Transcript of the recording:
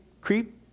creep